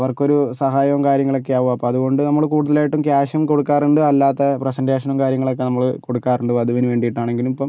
അവർക്കൊരു സഹായവും കാര്യങ്ങളൊക്കെ ആകും അപ്പം അതുകൊണ്ട് നമ്മൾ കൂടുതലായിട്ടും ക്യാഷും കൊടുക്കാറുണ്ട് അല്ലാത്ത പ്രസന്റേഷനും കാര്യങ്ങളും ഒക്കെ നമ്മള് കൊടുക്കാറുണ്ട് വധുവിനു വേണ്ടിയിട്ടാണെങ്കിലും ഇപ്പം